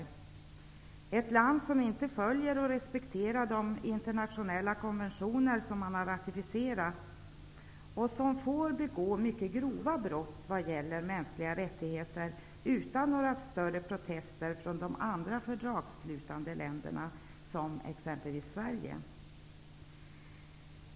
Turkiet är ett land som inte följer och respekterar de internationella konventioner som man har ratificerat och som utan några större protester från de andra fördragsslutande länderna -- exempelvis Sverige -- får begå mycket grova brott när det gäller mänskliga rättigheter.